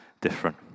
different